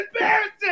embarrassing